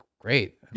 great